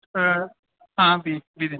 आं बीह् दिन